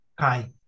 Hi